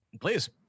Please